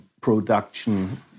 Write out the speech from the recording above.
production